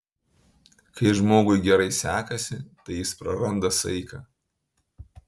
kai žmogui gerai sekasi tai jis praranda saiką